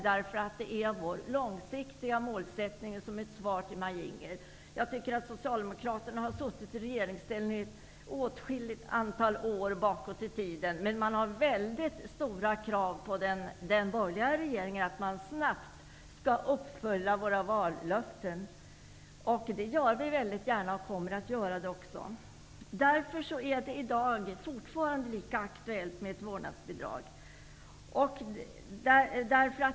Det är ju vår målsättning på lång sikt. Detta får vara ett svar till Maj-Inger Klingvall. Socialdemokraterna, som var i regeringsställning under åtskilliga år, har väldigt stora krav på den borgerliga regeringen. De vill att vi snabbt skall infria våra vallöften. Det gör vi väldigt gärna, och det kommer vi också att göra. Därför är det fortfarande lika aktuellt med vårdnadsbidraget.